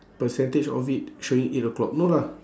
percentage of it showing eight o'clock no lah